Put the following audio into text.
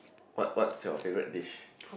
what what's your favourite dish